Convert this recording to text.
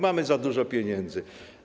Mamy za dużo pieniędzy.